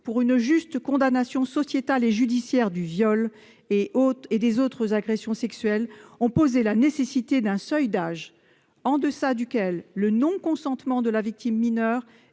pour une juste condamnation sociétale et judiciaire du viol et autres agressions sexuelles, ont montré la nécessité de fixer un seuil d'âge en deçà duquel le non-consentement de la victime mineure